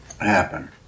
happen